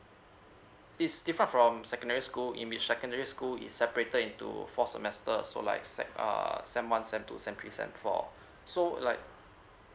it's different from secondary school in the secondary school it separated into four semester so like set err sem~ one sem~ two sem~ three sem~ four so like